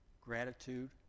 Gratitude